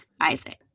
Isaac